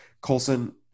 colson